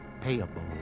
payable